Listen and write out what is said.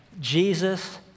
Jesus